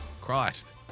Christ